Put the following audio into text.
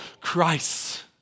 Christ